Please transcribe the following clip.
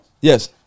Yes